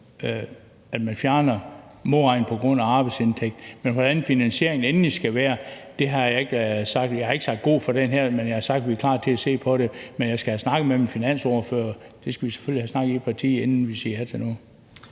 at man fjerner modregningen på grund af arbejdsindtægt. Men hvordan finansieringen endelig skal være, har jeg ikke sagt, og jeg har ikke sagt god for det her, men jeg har sagt, at vi er klar til at se på det. Men jeg skal have snakket med min finansordfører, for vi skal selvfølgelig have snakket om det i partiet, inden vi siger ja til